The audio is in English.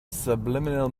subliminal